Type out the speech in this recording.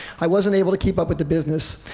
i wasn't able to keep up with the business,